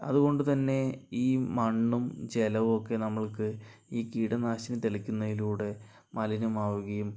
അതുകൊണ്ട് തന്നെ ഈ മണ്ണും ജലവുമൊക്കെ നമ്മൾക്ക് ഈ കീടനാശിനി തളിക്കുന്നതിലൂടെ മലിനമാവുകയും